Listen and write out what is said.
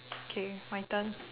okay my turn